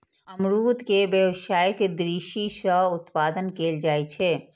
अमरूद के व्यावसायिक दृषि सं उत्पादन कैल जाइ छै